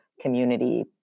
community